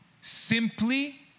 Simply